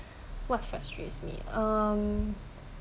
what's frustrates me um